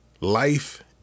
life